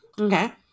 Okay